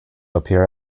appear